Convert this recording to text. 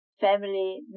family